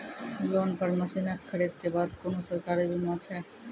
Loan पर मसीनऽक खरीद के बाद कुनू सरकारी बीमा छै?